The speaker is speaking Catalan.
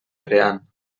creant